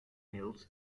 mills